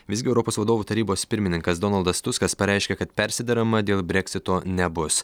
visgi europos vadovų tarybos pirmininkas donaldas tuskas pareiškė kad persiderama dėl breksito nebus